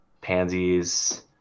pansies